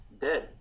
dead